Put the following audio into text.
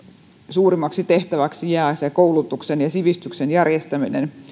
suurimmaksi tehtäväksi jää koulutuksen ja sivistyksen järjestäminen